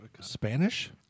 Spanish